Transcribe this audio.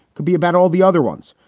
could be about all the other ones,